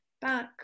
back